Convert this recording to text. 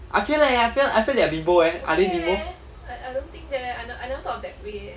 I feel leh I feel I feel that they are bimbo leh are they bimbo